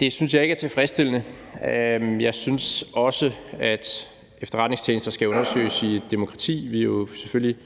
Det synes jeg ikke er tilfredsstillende. Jeg synes også, at efterretningstjenester skal undersøges i et demokrati. Vi er jo selvfølgelig